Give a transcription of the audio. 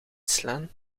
slaan